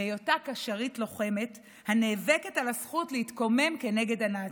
בהיותה קשרית לוחמת הנאבקת על הזכות להתקומם כנגד הנאצים.